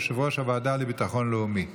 יושב-ראש הוועדה לביטחון לאומי.